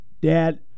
Dad